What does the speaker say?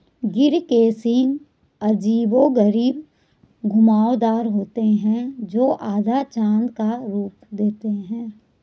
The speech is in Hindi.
गिर के सींग अजीबोगरीब घुमावदार होते हैं, जो आधा चाँद का रूप देते हैं